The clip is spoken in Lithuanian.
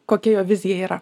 kokia jo vizija yra